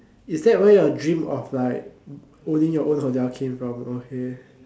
is that where your dream of like owning your own hotel came from okay